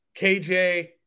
KJ